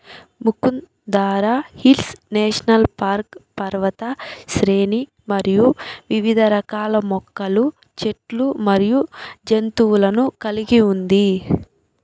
Mukundra hills national park పర్వత శ్రేణి మరియు వివిధరకాల మొక్కలు చెట్లు మరియు జంతువులను కలిగి ఉంది